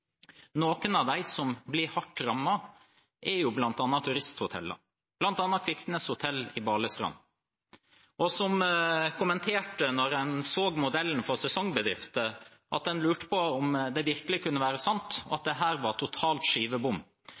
Noen av dem som blir hardt rammet, er turisthotellene, bl.a. Kviknes Hotel i Balestrand, som kommenterte da de så modellen for sesongbedrifter, at de lurte på om det virkelig kunne være sant, og at dette var totalt skivebom.